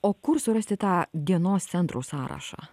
o kur surasti tą dienos centrų sąrašą